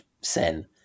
sen